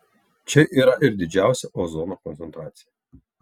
čia yra ir didžiausia ozono koncentracija